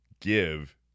give